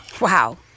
Wow